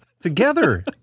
together